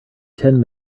ten